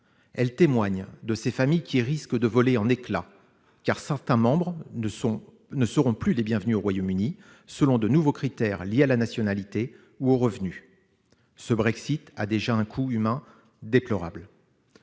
la situation de ces familles qui risquent de voler en éclats, car certains de leurs membres ne seront plus les bienvenus au Royaume-Uni, du fait de l'application de nouveaux critères liés à la nationalité ou aux revenus. Ce Brexit a déjà un coût humain déplorable.